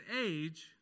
age